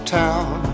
town